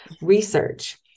research